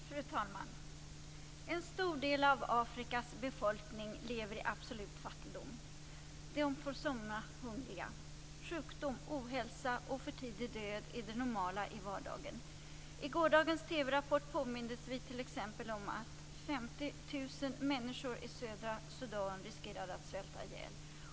Fru talman! En stor del av Afrikas befolkning lever i absolut fattigdom. Människorna får somna hungriga. Sjukdom, ohälsa och för tidig död är det normala i vardagen. I gårdagens TV-Rapport påmindes vi t.ex. om att 50 000 människor i södra Sudan riskerar att svälta ihjäl.